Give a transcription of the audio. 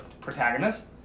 protagonist